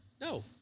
No